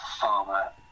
farmer